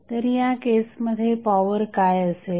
तर या केसमध्ये पॉवर काय असेल